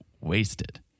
wasted